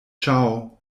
ciao